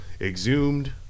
Exhumed